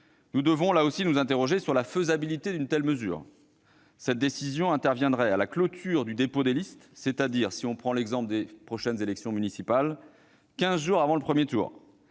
Nous devons, là aussi, nous interroger sur la faisabilité d'une telle mesure. Cette décision interviendrait à la clôture du dépôt des listes, c'est-à-dire, si on prend l'exemple des prochaines élections municipales, quinze jours avant le premier tour.